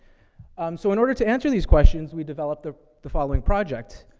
um, so in order to answer these questions, we developed the, the following project,